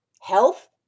health